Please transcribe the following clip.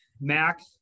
Mac